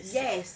yes